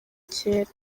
kera